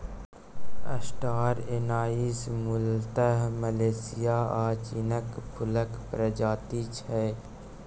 star anise मुलतः Malaysia आ चीनक फुलक प्रजाति छै